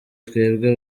twebwe